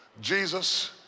Jesus